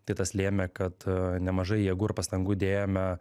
tai tas lėmė kad nemažai jėgų ir pastangų dėjome